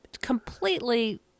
completely